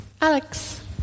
Alex